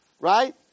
right